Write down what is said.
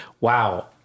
wow